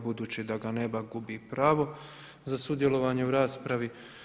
Budući da ga nema gubi pravo za sudjelovanje u raspravi.